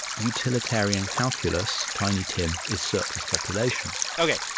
utilitarian calculus, tiny tim is surplus population ok.